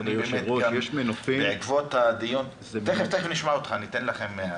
אדוני היושב-ראש --- תכף נשמע אתכם,